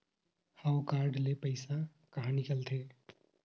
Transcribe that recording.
हव कारड ले पइसा कहा निकलथे?